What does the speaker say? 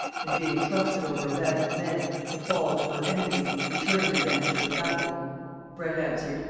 and being trusted over a band of men, to fall to her enemies, returning against her in battle bret answered,